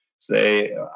say